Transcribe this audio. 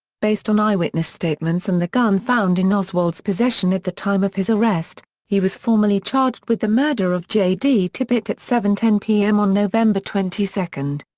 based on eyewitness' statements and the gun found in oswald's possession at the time of his arrest, he was formally charged with the murder of j d. tippit at seven ten pm. on november twenty two.